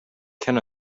ken